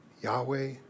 Yahweh